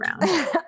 round